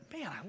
man